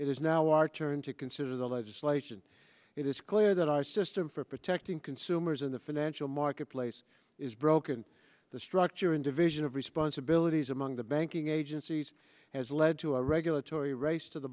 is now our turn to consider the legislation it is clear that our system for protecting consumers in the financial marketplace is broken the structure and division of responsibilities among the banking agencies has led to a regulatory race to the